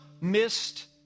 missed